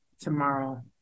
Tomorrow